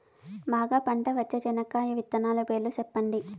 బాగా పంట వచ్చే చెనక్కాయ విత్తనాలు పేర్లు సెప్పండి?